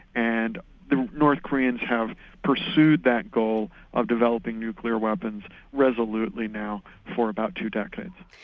and the north koreans have pursued that goal of developing nuclear weapons resolutely now for about two decades.